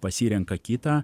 pasirenka kitą